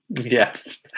Yes